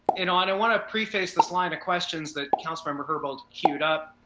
and um and want to preface this line of questions that councilmember herbold queued up,